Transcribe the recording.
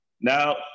Now